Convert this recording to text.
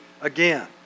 again